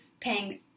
paying